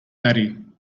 daddy